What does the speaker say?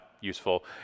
useful